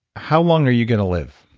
how long are you going to live?